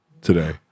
today